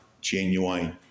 genuine